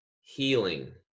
healing